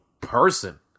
person